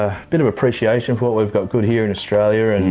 a bit of appreciation of what we've got good here in australia. and